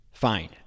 fine